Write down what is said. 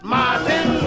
Martin